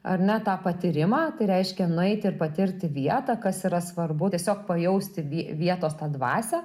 ar ne tą patyrimą tai reiškia nueiti ir patirti vietą kas yra svarbu tiesiog pajausti vie vietos tą dvasią